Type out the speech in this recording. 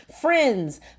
Friends